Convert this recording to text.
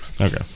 Okay